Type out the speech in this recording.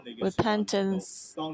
repentance